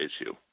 issue